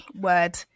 word